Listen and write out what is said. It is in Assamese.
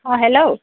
অ' হেল্ল'